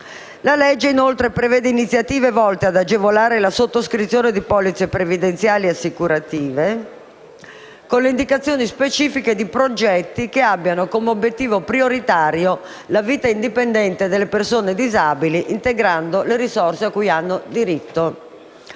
prevede, inoltre, iniziative volte ad agevolare la sottoscrizione di polizze previdenziali e assicurative con le indicazioni specifiche di progetti che abbiano come obiettivo prioritario la vita indipendente delle persone disabili, integrando le risorse a cui hanno diritto.